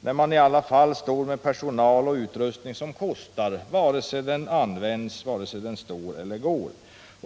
när SJ i alla fall har personal och utrustning som kostar pengar vare sig den står eller går?